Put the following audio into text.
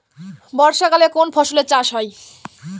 বর্ষাকালে কোন ফসলের চাষ হয়?